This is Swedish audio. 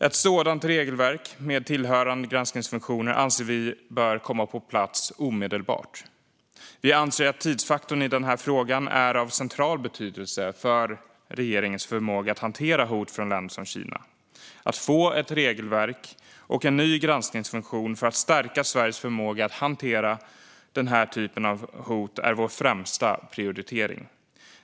Ett sådant regelverk med tillhörande granskningsfunktioner anser vi bör komma på plats omedelbart. Vi anser att tidsfaktorn i frågan är av central betydelse för regeringens förmåga att hantera hot från länder som Kina. Att få ett regelverk och en ny granskningsfunktion för att stärka Sveriges förmåga att hantera den typen av hot är vår främsta prioritering.